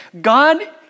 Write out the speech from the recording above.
God